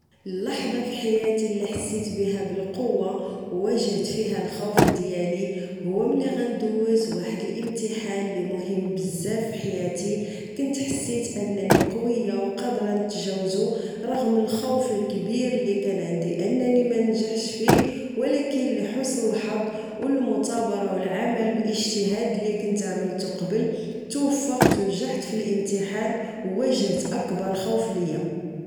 اللحظة فحياتي لي حسيت بها بالقوة أواجهت فيها الخوف ديالي هو ملي غندوز واحد الإمتحان لي مهم بزاف فحياتي كنت حسيت أنني قوية أو قادرة نتجوزو رغم الخوف الكبير لي كان عندي انني منجحش فيه ولكن لحسن الحظ أو المتابرة أو العمل أو الإجتهاد لي كنت عملتو قبل توفقت أو نجحت فالإمتحان أو واجهت أكبر خوف ليا